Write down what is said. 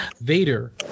Vader